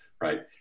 right